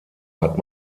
hat